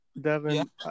Devin